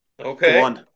Okay